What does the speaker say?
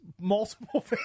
multiple